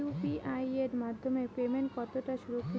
UPI এর মাধ্যমে payment কতটা সুরক্ষিত?